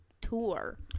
tour